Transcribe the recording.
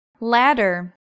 ladder